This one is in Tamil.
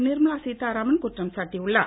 நிர்மலா சீத்தாராமன் குற்றம் சாட்டியுள்ளார்